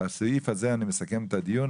בסעיף הזה אני מסכם את הדיון.